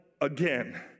Again